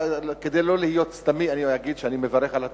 כדי שלא להיות סתמי אני אגיד שאני מברך על התוכנית,